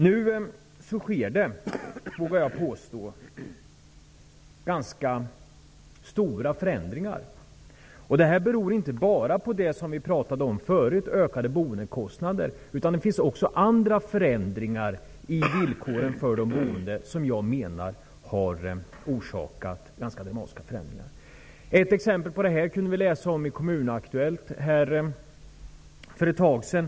Nu sker det ganska stora förändringar. Det beror inte bara på det som vi förut pratade om, dvs. ökade boendekostnader. Det finns också andra förändringar i villkoren för de boende som har orsakat ganska dramatiska förändringar. Ett exempel på detta kunde vi läsa om i Kommun Aktuellt för ett tag sedan.